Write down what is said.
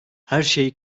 herşeyi